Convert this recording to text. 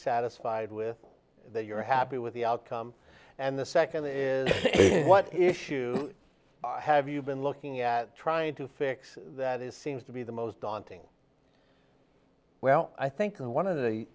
satisfied with that you're happy with the outcome and the second is what issue have you been looking at trying to fix that is seems to be the most daunting well i think one of the